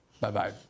Bye-bye